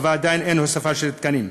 ועדיין אין הוספה של תקנים.